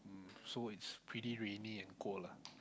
so it's pretty rainy and cold ah